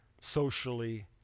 socially